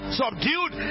subdued